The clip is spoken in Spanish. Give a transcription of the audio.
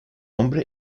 hombre